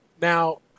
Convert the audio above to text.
Now